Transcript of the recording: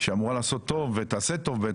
שאמורה לעשות טוב ותעשה טוב.